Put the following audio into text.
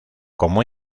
como